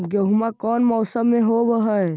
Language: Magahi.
गेहूमा कौन मौसम में होब है?